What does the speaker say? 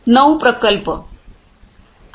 9 प्रकल्प आहेत